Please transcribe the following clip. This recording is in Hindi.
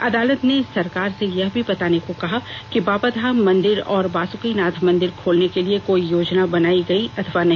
अदालत ने सरकार से यह भी बताने को कहा कि बाबाधाम मंदिर और वासुकीनाथ मंदिर खोलने के लिए कोई योजना बनाई गई अथवा नहीं